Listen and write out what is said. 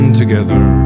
together